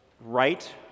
right